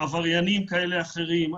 לא רוצים שייכנסו עבריינים כאלה ואחרים,